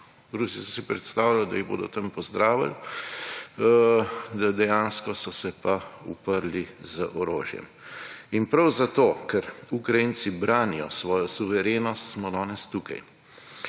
Rusi so si predstavljali, da jih bodo tam pozdravili, dejansko so se pa uprli z orožjem. Prav zato, ker Ukrajinci branijo svojo suverenost smo danes tukaj.